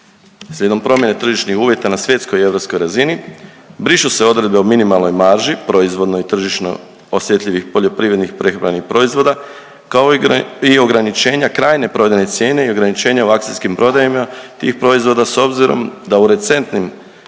Slijedom promjene tržišnih uvjeta na svjetskoj i europskoj razini brišu se odredbe o minimalnoj marži proizvodno i tržišno osjetljivih poljoprivrednih i prehrambenih proizvoda, kao i ograničenja krajnje prodajne cijene i ograničenja o akcijskim prodajima tih proizvoda s obzirom da u recentnim